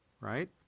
right